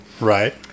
right